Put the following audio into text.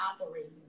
operating